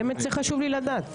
באמת זה חשוב לי לדעת.